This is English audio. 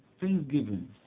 Thanksgiving